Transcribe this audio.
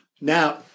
Now